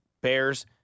Bears